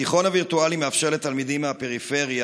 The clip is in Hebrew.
התיכון הווירטואלי מאפשר לתלמידים מהפריפריה